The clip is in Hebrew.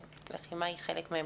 והפנמה היא חלק מהם,